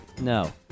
No